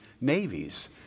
navies